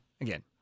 again